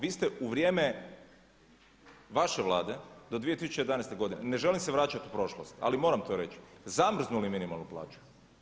Vi ste u vrijeme vaše Vlade do 2011. godine, ne želim se vraćati u prošlost ali moram to reći zamrznuli minimalnu plaću.